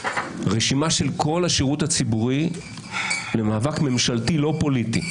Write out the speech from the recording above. רשימה של כל השירות הציבורי למאבק ממשלתי לא פוליטי.